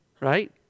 right